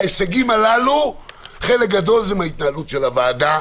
ההישגים הללו חלק גדול זה מהתנהלות הוועדה.